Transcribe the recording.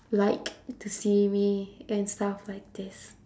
like to see me and stuff like this